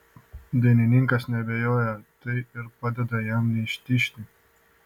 dainininkas neabejoja tai ir padeda jam neištižti